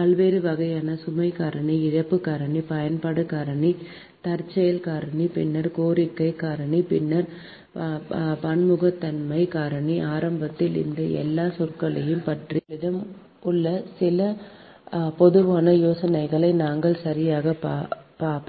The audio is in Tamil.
பல்வேறு வகையான சுமை காரணி இழப்பு காரணி பயன்பாட்டு காரணி தற்செயல் காரணி பின்னர் கோரிக்கை காரணி பின்னர் பன்முகத்தன்மை காரணி ஆரம்பத்தில் இந்த எல்லா சொற்களையும் பற்றி உங்களிடம் உள்ள சில பொதுவான யோசனைகள் நாங்கள் சரியாகப்